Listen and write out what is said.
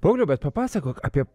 pauliau bet papasakok apie